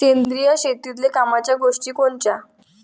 सेंद्रिय शेतीतले कामाच्या गोष्टी कोनच्या?